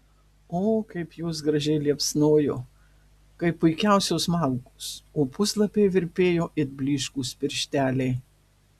o kaip jos gražiai liepsnojo kaip puikiausios malkos o puslapiai virpėjo it blyškūs piršteliai